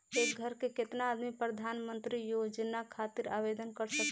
एक घर के केतना आदमी प्रधानमंत्री योजना खातिर आवेदन कर सकेला?